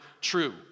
true